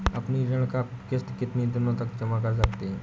अपनी ऋण का किश्त कितनी दिनों तक जमा कर सकते हैं?